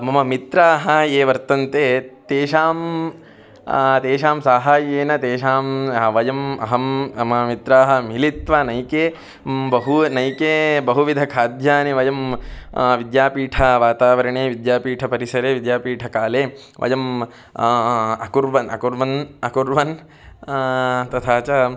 मम मित्राः ये वर्तन्ते तेषां तेषां साहाय्येन तेषां वयं अहं मम मित्रान् मिलित्वा नैके बहु नैके बहुविध खाद्यानि वयं विद्यापीठवातावरणे विद्यापीठपरिसरे विद्यापीठकाले वयं अकुर्वन् अकुर्वन् अकुर्वन् तथा च